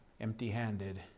empty-handed